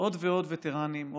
עוד ועוד וטרנים,